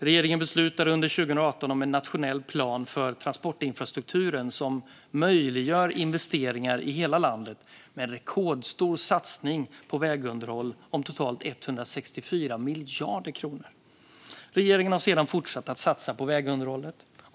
Regeringen beslutade under 2018 om en nationell plan för transportinfrastrukturen som möjliggör investeringar i hela landet, med en rekordstor satsning på vägunderhåll om totalt 164 miljarder kronor. Regeringen har sedan fortsatt att satsa på vägunderhållet.